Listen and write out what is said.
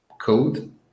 code